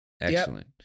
Excellent